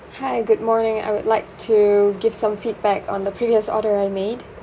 hi good morning I would like to give some feedback on the previous order I made